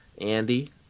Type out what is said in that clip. andy